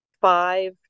five